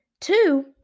two